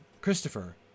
Christopher